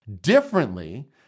differently